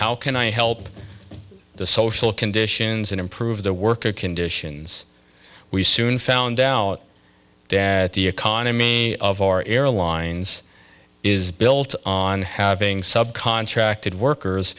how can i help the social conditions and improve the work of conditions we soon found out that the economy of our airlines is built on having subcontracted workers